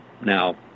Now